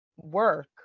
work